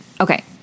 Okay